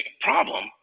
problem